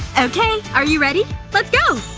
okay, are you ready? let's go!